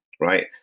right